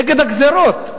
נגד הגזירות,